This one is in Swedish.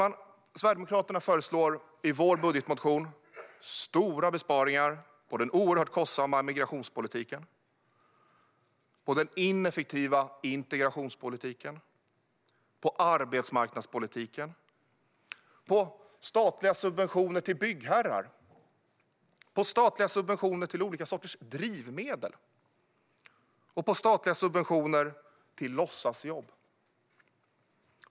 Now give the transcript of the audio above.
Vi i Sverigedemokraterna föreslår i vår budgetmotion stora besparingar på den oerhört kostsamma migrationspolitiken, på den ineffektiva integrationspolitiken, på arbetsmarknadspolitiken, på statliga subventioner till byggherrar, på statliga subventioner till olika sorters drivmedel och på statliga subventioner till låtsasjobb.